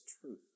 truth